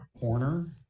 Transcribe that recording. corner